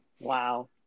wow